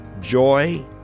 joy